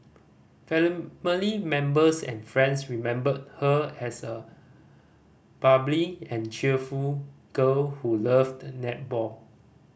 family members and friends remembered her as a bubbly and cheerful girl who loved netball